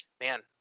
man